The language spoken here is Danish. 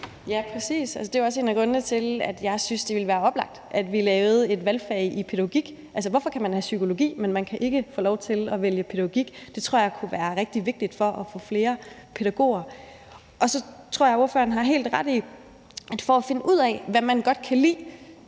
Ja, præcis. Det er jo også en af grundene til, at jeg synes, det ville være oplagt, at vi lavede et valgfag i pædagogik. Altså, hvorfor kan man have psykologi, men ikke få lov til at vælge pædagogik? Det tror jeg kunne være rigtig vigtigt for at få flere pædagoger. Så tror jeg, at ordføreren har helt ret i, at for at finde ud af, hvad man godt kan lide,